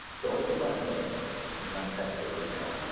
don't click on any links in that text or email.